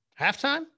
halftime